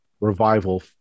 revival